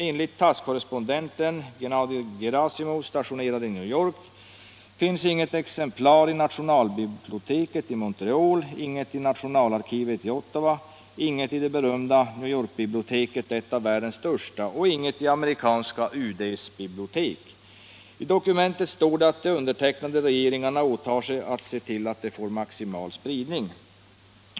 Enligt Tass-korrespondenten Gennadij Gerasimov, stationerad i New York, finns inget exemplar i nationalbiblioteket i Montreal, inget i nationalarkivet i Ottawa, inget i det berömda New York-biblioteket och inget i amerikanska UD:s bibliotek. I dokumentet står det att de undertecknade regeringarna åtar sig att se till att det får maximal spridning.